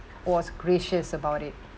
was gracious about it